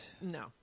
no